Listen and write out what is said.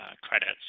credits